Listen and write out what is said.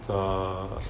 the